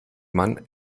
man